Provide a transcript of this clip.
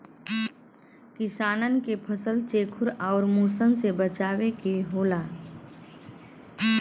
किसानन के फसल चेखुर आउर मुसन से बचावे के होला